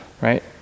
right